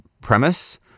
premise